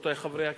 רבותי חברי הכנסת,